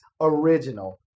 Original